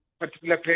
particular